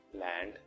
land